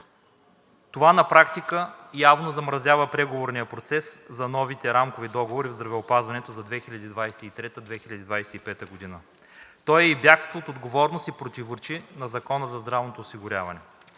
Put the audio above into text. Това, на практика, явно замразява преговорния процес за новите рамкови договори в здравеопазването за 2023 – 2025 г. То е и бягство от отговорност и противоречи на Закона за здравното осигуряване.